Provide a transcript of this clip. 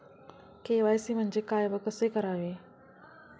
KYC म्हणजे काय व कसे करावे?